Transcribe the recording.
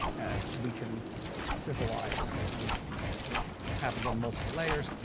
as we can civilize these people. and it happens on multiple layers,